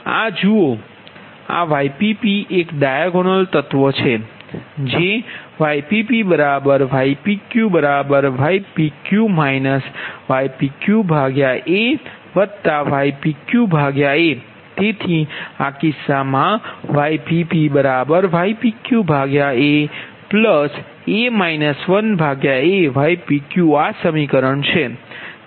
આ જુઓ આ yppએક ડાયાગોનલ તત્વ છે જે yppypqypq ypq aypq a તેથી તે કિસ્સામાં yppypq aaypqઆ સમીકરણ